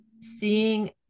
seeing